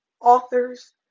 authors